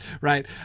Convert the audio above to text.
right